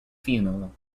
funeral